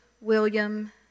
William